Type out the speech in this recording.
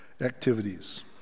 activities